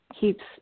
keeps